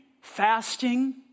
fasting